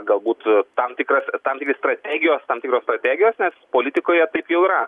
galbūt tam tikras tam tikri strategijos tam tikros strategijos nes politikoje taip jau yra